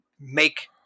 make